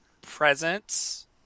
presence